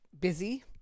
busy